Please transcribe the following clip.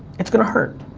it's gonna hurt.